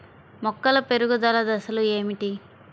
మొక్కల పెరుగుదల దశలు ఏమిటి?